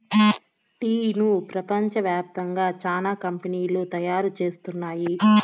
టీను ప్రపంచ వ్యాప్తంగా చానా కంపెనీలు తయారు చేస్తున్నాయి